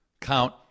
count